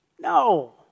No